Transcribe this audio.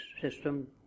system